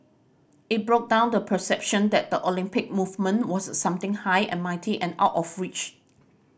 it broke down the perception that the Olympic movement was something high and mighty and out of reach